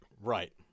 Right